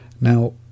Now